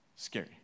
scary